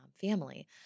family